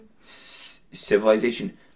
Civilization